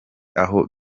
aho